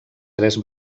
tres